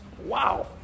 Wow